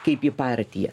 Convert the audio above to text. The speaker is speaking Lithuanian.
kaip į partiją